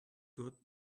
good